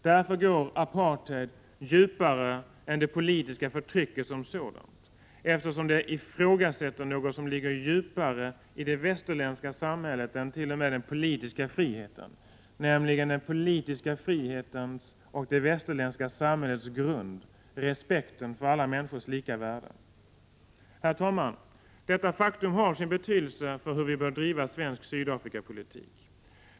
Därför går apartheid djupare än det politiska förtrycket som sådant — eftersom det ifrågasätter något som ligger djupare i det västerländska samhället än t.o.m. den politiska friheten, nämligen den politiska frihetens och det västerländska samhällets grundval: respekten för alla människors lika värde. Herr talman! Detta faktum har sin betydelse för hur vi bör driva svensk Sydafrikapolitik.